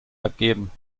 abgeben